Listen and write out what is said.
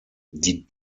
die